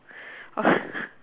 oh